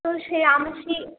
তো সেই আমি সেই